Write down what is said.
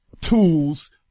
tools